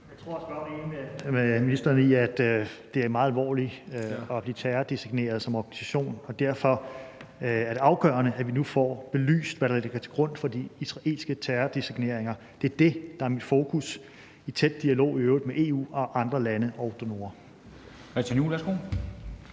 Jeg tror, at spørgeren er enig med ministeren i, at det er meget alvorligt at blive terrordesigneret som organisation, og derfor er det afgørende, at vi nu får belyst, hvad der ligger til grund for de israelske terrordesigneringer. Det er det, der er mit fokus, i øvrigt i tæt dialog med EU og andre lande og donorer.